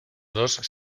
dos